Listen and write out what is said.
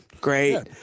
great